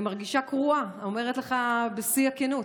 אני מרגישה קרועה, אני אומרת לך בשיא הכנות.